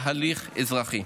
בהליך אזרחי.